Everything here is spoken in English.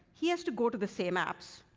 he has to go to the same apps.